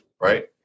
Right